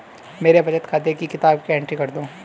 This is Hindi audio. मेरे बचत खाते की किताब की एंट्री कर दो?